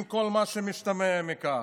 עם כל מה שמשתמע מכך.